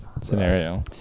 scenario